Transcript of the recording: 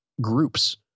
Groups